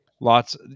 lots